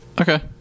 okay